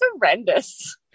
horrendous